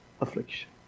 affliction